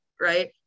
right